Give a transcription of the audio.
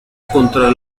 contra